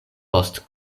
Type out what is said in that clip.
post